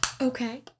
Okay